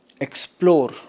explore